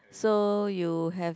so you have